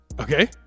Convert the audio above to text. Okay